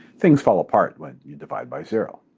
things fall apart when you divide by zero.